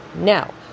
Now